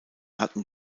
hatten